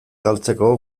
galtzeko